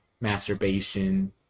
masturbation